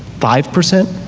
five percent?